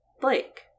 Blake